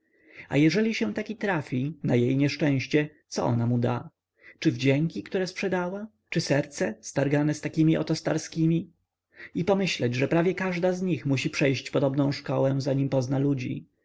a jeżeli się taki trafi na jej nieszczęście co ona mu da czy wdzięki które sprzedała czy serce zaszargane z takimi oto starskimi i pomyśleć że prawie każda z nich musi przejść podobną szkołę zanim pozna ludzi